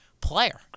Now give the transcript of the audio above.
player